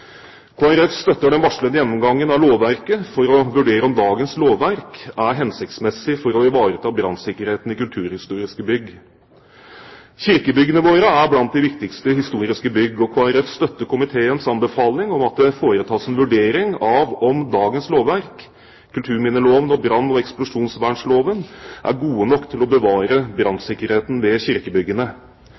Folkeparti støtter den varslede gjennomgangen av lovverket for å vurdere om dagens lovverk er hensiktsmessig for å ivareta brannsikkerheten i kulturhistoriske bygg. Kirkebyggene våre er blant de viktigste historiske bygg, og Kristelig Folkeparti støtter komiteens anbefaling om at det foretas en vurdering av om dagens lovverk, kulturminneloven og brann- og eksplosjonsvernloven er gode nok til å bevare brannsikkerheten ved kirkebyggene.